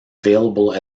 available